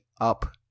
Up